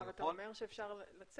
אבל אתה אומר שאפשר לצאת.